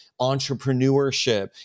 entrepreneurship